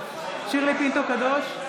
שירלי פינטו קדוש,